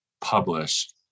published